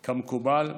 כמקובל,